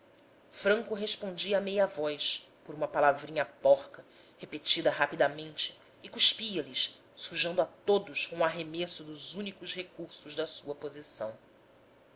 franco respondia a meia voz por uma palavrinha porca repetida rapidamente e cuspia lhes sujando a todos com o arremesso dos únicos recursos da sua posição